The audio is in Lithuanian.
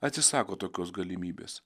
atsisako tokios galimybės